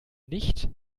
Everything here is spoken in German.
nicht